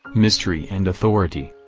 mystery and authority.